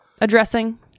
addressing